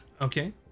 Okay